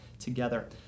together